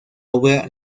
obra